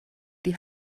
die